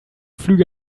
flüge